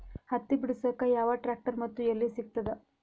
ಹತ್ತಿ ಬಿಡಸಕ್ ಯಾವ ಟ್ರ್ಯಾಕ್ಟರ್ ಮತ್ತು ಎಲ್ಲಿ ಸಿಗತದ?